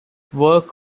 work